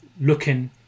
looking